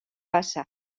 bassa